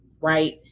right